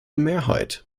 mehrheit